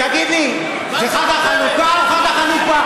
תגיד לי, זה חג החנוכה או חג החנופה?